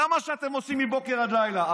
זה מה שאתם עושים מבוקר עד לילה.